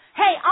hey